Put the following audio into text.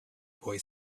boy